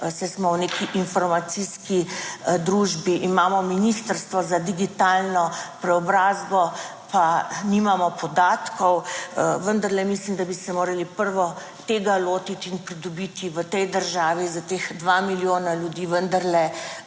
saj smo v neki informacijski družbi, imamo Ministrstvo za digitalno preobrazbo, pa nimamo podatkov. Vendarle mislim, da bi se morali prvo tega lotiti in pridobiti v tej državi za teh dva milijona ljudi,